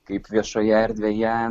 kaip viešoje erdvėje